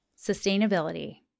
sustainability